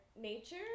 nature